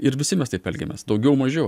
ir visi mes taip elgiamės daugiau mažiau